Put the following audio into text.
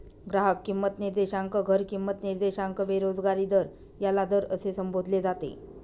ग्राहक किंमत निर्देशांक, घर किंमत निर्देशांक, बेरोजगारी दर याला दर असे संबोधले जाते